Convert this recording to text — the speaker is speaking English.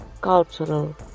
Cultural